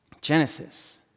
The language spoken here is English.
Genesis